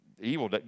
Evil